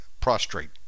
prostrate